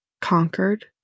Conquered